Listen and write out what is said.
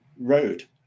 road